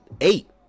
eight